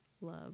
love